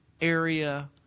area